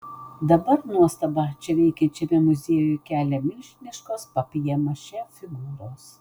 dabar nuostabą čia veikiančiame muziejuje kelia milžiniškos papjė mašė figūros